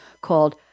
called